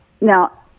Now